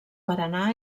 paranà